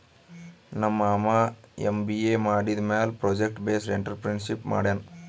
ನಮ್ ಮಾಮಾ ಎಮ್.ಬಿ.ಎ ಮಾಡಿದಮ್ಯಾಲ ಪ್ರೊಜೆಕ್ಟ್ ಬೇಸ್ಡ್ ಎಂಟ್ರರ್ಪ್ರಿನರ್ಶಿಪ್ ಮಾಡ್ಯಾನ್